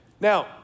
Now